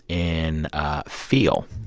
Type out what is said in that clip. in feel?